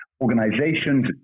organizations